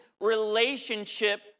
relationship